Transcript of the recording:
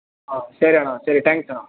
ಹಾಂ ಸರಿ ಅಣ್ಣ ಸರಿ ಟ್ಯಾಂಗ್ಸ್ ಅಣ್ಣ